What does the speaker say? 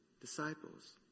disciples